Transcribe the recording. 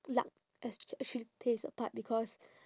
luck esp~ actually plays a part because